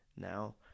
now